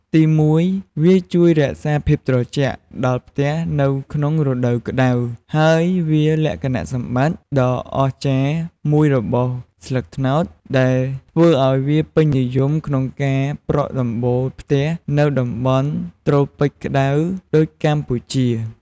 ទីមួយ វា ជួយរក្សាភាពត្រជាក់ ដល់ផ្ទះនៅក្នុងរដូវក្ដៅ ហើយវាលក្ខណៈសម្បត្តិដ៏អស្ចារ្យមួយរបស់ស្លឹកត្នោតដែលធ្វើឲ្យវាពេញនិយមក្នុងការប្រក់ដំបូលផ្ទះនៅតំបន់ត្រូពិចក្តៅដូចកម្ពុជា។